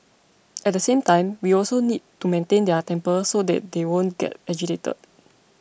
at the same time we also need to maintain their temper so that they won't get agitated